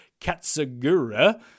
Katsugura